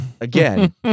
Again